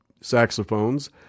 saxophones